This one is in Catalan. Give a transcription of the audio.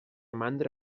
mandra